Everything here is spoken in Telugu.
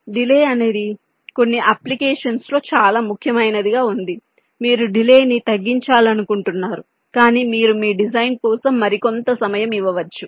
డిలే అనేది కొన్ని అప్లికేషన్స్ లో చాలా ముఖ్యమైనదిగా వుంది మీరు డిలే ని తగ్గించాలనుకుంటున్నారు కానీ మీరు మీ డిజైన్ కోసం మరికొంత సమయం ఇవ్వవచ్చు